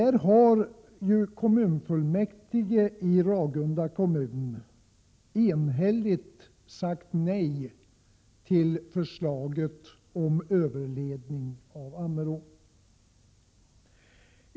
Kommunfullmäktige i Ragunda kommun har enhälligt sagt nej till förslaget om överledning av Ammerån.